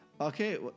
Okay